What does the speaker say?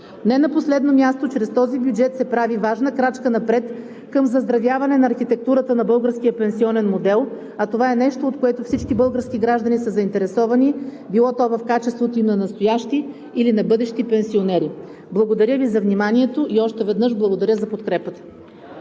Не на последно място, чрез този бюджет се прави важна крачка напред към заздравяване на архитектурата на българския пенсионен модел, а това е нещо, от което всички български граждани са заинтересовани, било то в качеството им на настоящи или на бъдещи пенсионери. Благодаря Ви за вниманието и още веднъж благодаря за подкрепата.